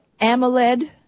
AMOLED